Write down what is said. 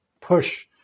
push